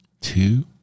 Two